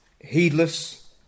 heedless